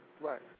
Right